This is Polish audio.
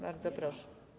Bardzo proszę.